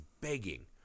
begging